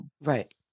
Right